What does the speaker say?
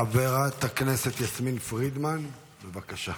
חברת הכנסת יסמין פרידמן, בבקשה.